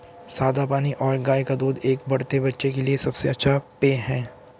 सादा पानी और गाय का दूध एक बढ़ते बच्चे के लिए सबसे अच्छा पेय हैं